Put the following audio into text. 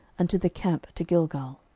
unto the camp to gilgal.